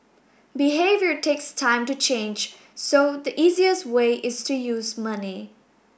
behaviour takes time to change so the easiest way is to use money